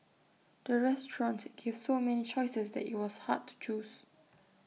the restaurants gave so many choices that IT was hard to choose